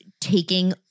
taking-